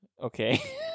okay